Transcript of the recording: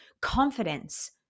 confidence